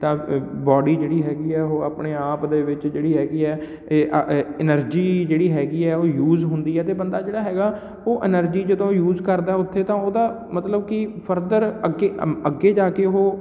ਤਾਂ ਬੌਡੀ ਜਿਹੜੀ ਹੈਗੀ ਹੈ ਓਹ ਆਪਣੇ ਆਪ ਦੇ ਵਿੱਚ ਜਿਹੜੀ ਹੈਗੀ ਹੈ ਏ ਐਨਰਜੀ ਜਿਹੜੀ ਹੈਗੀ ਹੈ ਉਹ ਯੂਜ਼ ਹੁੰਦੀ ਹੈ ਅਤੇ ਬੰਦਾ ਜਿਹੜਾ ਹੈਗਾ ਉਹ ਐਨਰਜੀ ਜਦੋਂ ਯੂਜ਼ ਕਰਦਾ ਉੱਥੇ ਤਾਂ ਓਹਦਾ ਮਤਲਬ ਕਿ ਫਰਦਰ ਅੱਗੇ ਮ ਅੱਗੇ ਜਾ ਕੇ ਉਹ